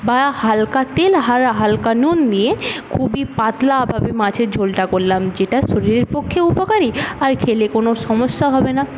বা হালকা তেল আর হালকা নুন দিয়ে খুবই পাতলাভাবে মাছের ঝোলটা করলাম যেটা শরীরের পক্ষে উপকারী আর খেলে কোন সমস্যা হবে না